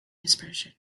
dispersion